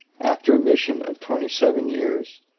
after a mission of twenty-seven years,